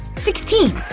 sixteen!